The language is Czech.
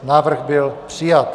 Návrh byl přijat.